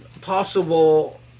possible